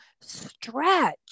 stretch